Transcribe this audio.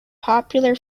popular